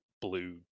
blue